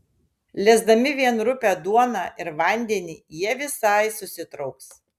lesdami vien rupią duoną ir vandenį jie visai susitrauks